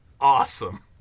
awesome